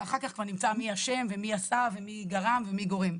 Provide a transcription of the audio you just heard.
אחר כך כבר נמצא מי אשם ומי עשה ומי גרם ומי גורם.